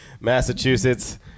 Massachusetts